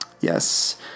Yes